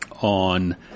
on